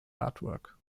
artwork